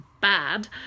bad